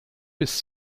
bis